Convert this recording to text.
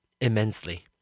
immensely